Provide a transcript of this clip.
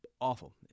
awful